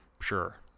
sure